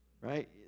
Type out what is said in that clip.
right